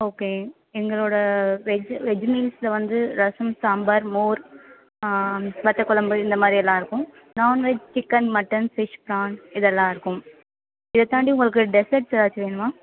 okay எங்களோடய veg veg மீல்ஸில் வந்து ரசம் சாம்பார் மோர் வத்தக்குலம்பு இந்தமாதிரியெல்லாம் இருக்கும் non veg chicken mutton fish prawn இதெல்லாம் இருக்கும் இதை தாண்டி உங்களுக்கு டெசர்ட்ஸ் ஏதாச்சும் வேணுமா